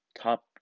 top